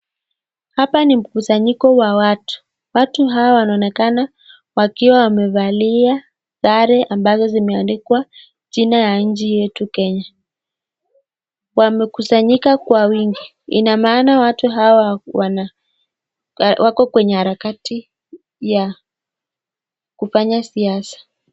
Hapa ni mkusanyiko wa watu, watu hawa wanaonekana wakiwa wamevalia sare ambazo zimeandikwa jina la nchi yetu Kenya wamekusanyika kwa wingi. Ina maana watu hawa wako kwenye harakati ya kufanya siasa.